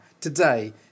today